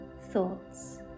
thoughts